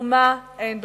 ומה אין מחובתן.